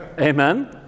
Amen